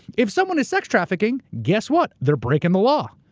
if someone is sex trafficking, guess what? they're breaking the law.